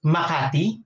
Makati